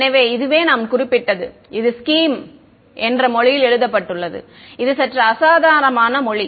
எனவே இதுவே நான் குறிப்பிட்டது இது ஸ்கீம் என்ற மொழியில் எழுதப்பட்டுள்ளது இது சற்று அசாதாரண மொழி